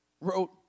wrote